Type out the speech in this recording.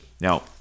Now